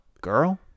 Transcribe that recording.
girl